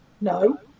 No